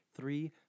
three